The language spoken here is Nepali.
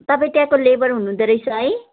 तपाईँ त्यहाँको लेबर हुनु हुँदोरहेछ है